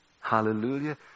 hallelujah